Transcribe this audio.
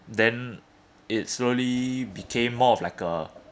then it slowly became more of like a